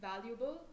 valuable